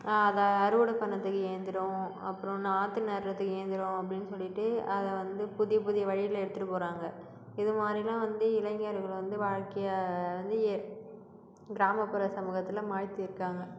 அதை அறுவடை பண்ணுறத்துக்கு இயந்திரம் அப்புறம் நாற்று நடுகிறத்துக்கு இயந்திரம் அப்படினு சொல்லிவிட்டு அதை வந்து புதிய புதிய வழியில் எடுத்துகிட்டு போகிறாங்க இது மாதிரிலாம் வந்து இளைஞர்கள் வந்து வாழ்க்கையாக வந்து கிராமப்புற சமூகத்தில் மாற்றிருக்காங்க